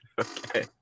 Okay